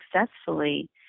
successfully